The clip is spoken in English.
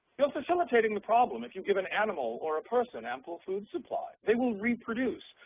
you're facilitating the problem if you give an animal or a person ample food supply, they will reproduce,